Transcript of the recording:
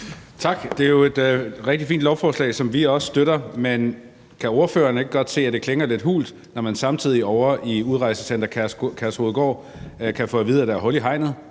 Tak. Det er jo et rigtig fint lovforslag, som vi også støtter. Men kan ordføreren ikke godt se, at det klinger lidt hult, når man samtidig ovre i udrejsecenter Kærshovedgård kan få at vide, at der er hul i hegnet,